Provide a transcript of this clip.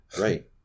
Right